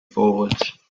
forwards